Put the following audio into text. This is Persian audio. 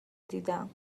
دیدم